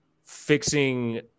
fixing